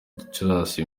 gicurasi